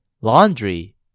Laundry